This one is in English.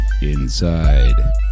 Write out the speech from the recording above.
inside